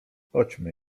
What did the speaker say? chodźmy